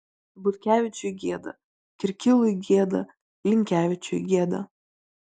butkevičiui gėda kirkilui gėda linkevičiui gėda